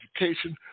education